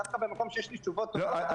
דווקא במקום שיש לי תשובות טובות.